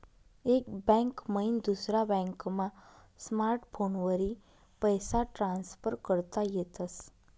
एक बैंक मईन दुसरा बॅकमा स्मार्टफोनवरी पैसा ट्रान्सफर करता येतस